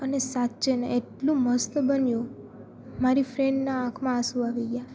અને સાચેને એટલું મસ્ત બન્યું મારી ફ્રેન્ડના આંખમાં આંસુ આવી ગયા